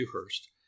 Dewhurst